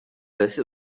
placé